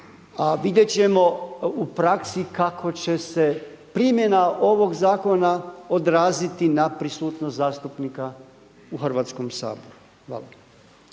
vidjet ćemo u praksi kako će se primjena ovog zakona odraziti na prisutnost zastupnika u Hrvatskom saboru.